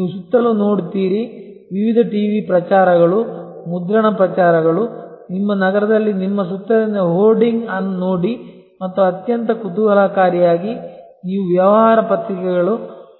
ನೀವು ಸುತ್ತಲೂ ನೋಡುತ್ತೀರಿ ವಿವಿಧ ಟಿವಿ ಪ್ರಚಾರಗಳು ಮುದ್ರಣ ಪ್ರಚಾರಗಳು ನಿಮ್ಮ ನಗರದಲ್ಲಿ ನಿಮ್ಮ ಸುತ್ತಲಿನ ಹೋರ್ಡಿಂಗ್ ಅನ್ನು ನೋಡಿ ಮತ್ತು ಅತ್ಯಂತ ಕುತೂಹಲಕಾರಿಯಾಗಿ ನೀವು ವ್ಯವಹಾರ ಪತ್ರಿಕೆಗಳು